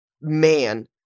Man